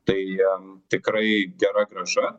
tai jam tikrai gera grąža